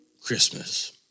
Christmas